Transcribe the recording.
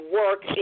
work